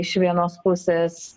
iš vienos pusės